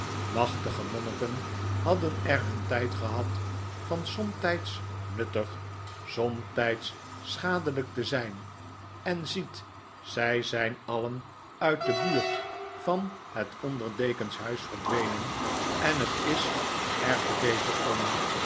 raachtige monniken hadden er hun tijd gehad van somtijds nuttig somtijds schadelijk te zijn en ziet zij zijn alien uit de buurt van het onde dekens huis verdwenen en het is er te beter om